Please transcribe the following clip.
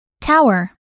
Tower